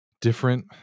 different